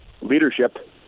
leadership